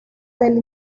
del